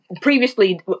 previously